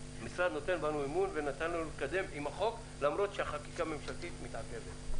ונותן לנו להתקדם עם החוק למרות שהחקיקה הממשלתית מתעכבת.